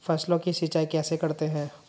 फसलों की सिंचाई कैसे करते हैं?